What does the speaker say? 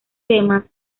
temas